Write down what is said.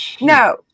No